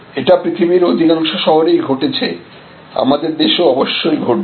এটা পৃথিবীর অধিকাংশ শহরেই ঘটেছে আমাদের দেশেও অবশ্যই ঘটবে